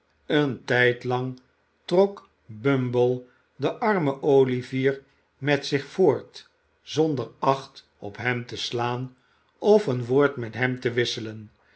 een tijdlang trok bumble den armen olivier met zich voort zonder acht op hem te slaan of een woord met hem te wisselen